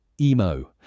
Emo